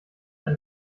eine